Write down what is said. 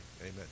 amen